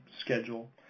schedule